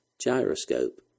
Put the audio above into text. gyroscope